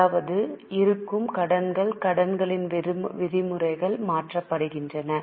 அதாவது இருக்கும் கடன்கள் கடனின் விதிமுறைகள் மாற்றப்படுகின்றன